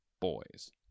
boys